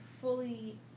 fully